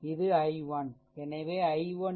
இது I1